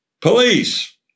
Police